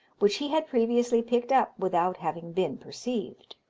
which he had previously picked up without having been perceived.